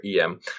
EM